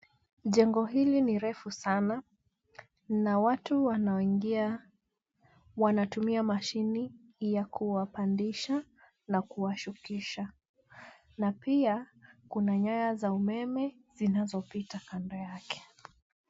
Jengo hili ni refu sana, na watu wanaoingia wanatumia mashini ya kuwapandisha na kuwashukisha, na pia kuna nyaya za umeme zinazopita kando yake.